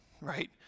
Right